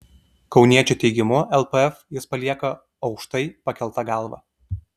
kauniečio teigimu lpf jis palieka aukštai pakelta galva